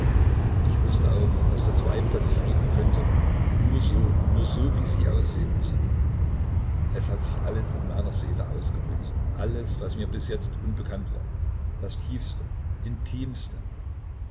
ich wußte auch daß das weib das ich lieben könnte nur so nur so wie sie aussehen müsse es hat sich alles in meiner seele ausgelöst alles was mir bis jetzt unbekannt war das tiefste intimste